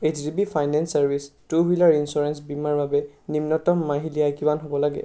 H D B finance চাৰ্ভিচেছৰ দুচকীয়া বাহনৰ বীমা বীমাৰ বাবে নিম্নতম মাহিলী আয় কিমান হ'ব লাগে